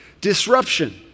Disruption